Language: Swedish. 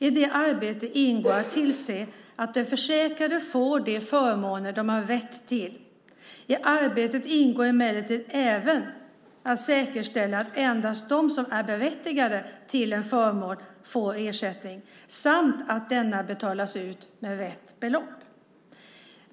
I detta arbete ingår att tillse att de försäkrade får de förmåner de har rätt till. I arbetet ingår emellertid även att säkerställa att endast de som är berättigade till en förmån får ersättning samt att denna betalas ut med rätt belopp.